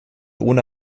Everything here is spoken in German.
ohne